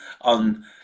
on